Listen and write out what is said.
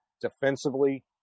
defensively